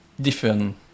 different